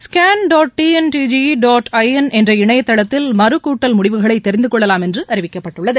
scan dot TNDGE dot IN என்ற இணையதளத்தில் மறுகூட்டல் முடிவுகளை தெரிந்துகொள்ளலாம் என்று அறிவிக்கப்பட்டுள்ளது